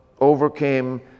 overcame